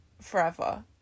Forever